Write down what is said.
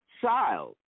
child